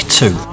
two